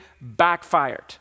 backfired